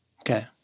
Okay